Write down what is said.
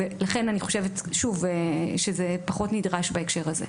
לכן, אני חושבת שזה פחות נדרש בהקשר הזה.